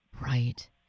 Right